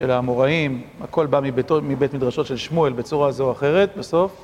אל האמוראים, הכל בא מבית מדרשו של שמואל בצורה זו או אחרת, בסוף.